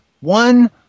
one